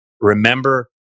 Remember